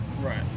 right